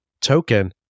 token